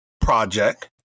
project